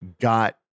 got